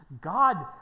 God